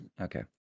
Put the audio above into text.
okay